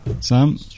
Sam